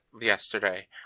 yesterday